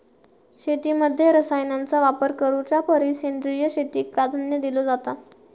शेतीमध्ये रसायनांचा वापर करुच्या परिस सेंद्रिय शेतीक प्राधान्य दिलो जाता